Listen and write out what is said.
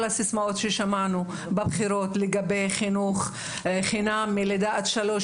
כל הסיסמאות ששמענו בבחירות לגבי חינוך חינם מלידה עד שלוש,